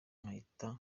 nkahita